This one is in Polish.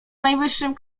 najwyższym